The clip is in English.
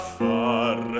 far